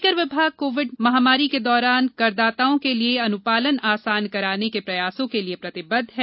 आय कर विभाग कोविड महामारी के दौरान करदाताओं के लिए अनुपालन आसान बनाने के प्रयासों के लिए प्रतिबद्ध है